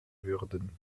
würden